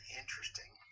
interesting